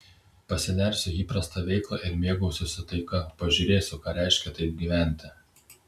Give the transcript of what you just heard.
pasinersiu į įprastą veiklą ir mėgausiuosi taika pažiūrėsiu ką reiškia taip gyventi